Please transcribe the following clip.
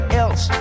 else